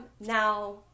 now